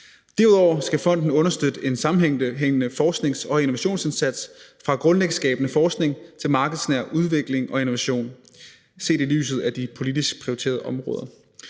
Derudover skal fonden understøtte en sammenhængende forsknings- og innovationsindsats fra grundlagsskabende forskning til markedsnær udvikling og innovation set i lyset af de politisk prioriterede områder.